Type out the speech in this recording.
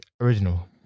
Original